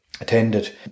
attended